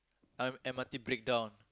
M M_R_T breakdown